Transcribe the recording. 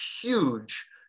huge